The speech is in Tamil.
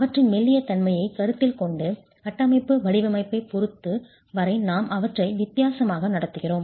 அவற்றின் மெல்லிய தன்மையைக் கருத்தில் கொண்டு கட்டமைப்பு வடிவமைப்பைப் பொறுத்த வரை நாம் அவற்றை வித்தியாசமாக நடத்துகிறோம்